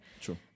True